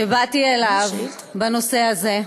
שבאתי אליו בנושא הזה.